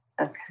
Okay